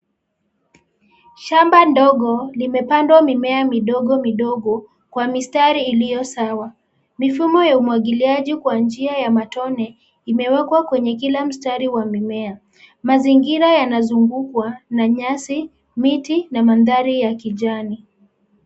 Shamba ndogo limepandwa mimea midogo midogo kwa mistari iliyo sawa. Mifumo ya umwagiliaji kwa njia ya matone imewekwa kwenye kila mstari wa mimea. Mazingira yanazungukwa na nyasi, miti na mandhari ya kijani.